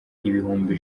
ibihumbi